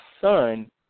son